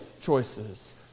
choices